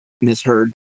misheard